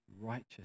righteous